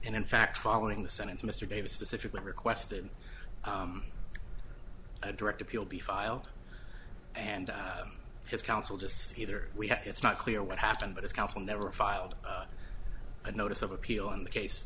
and in fact following the sentence mr davis specifically requested a direct appeal be filed and his counsel just either we have it's not clear what happened but his counsel never filed a notice of appeal on the case